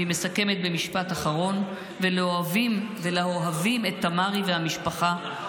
היא מסכמת במשפט אחרון: "ולאוהבים את תמרי והמשפחה,